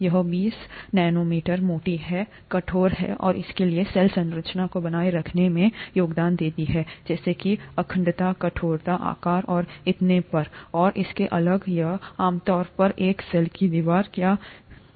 यह बीस नैनोमीटर मोटी है कठोर है और इसलिए सेल संरचना को बनाए रखने में योगदान देती है जैसे कि अखंडता कठोरता आकार और इतने पर और इसके आगे यह आमतौर पर एक सेल की दीवार क्या करती है